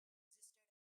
existed